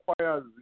requires